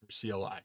CLI